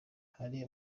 hari